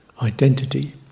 identity